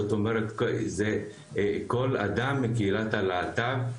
זאת אומרת כל אדם מקהילת הלהט"ב.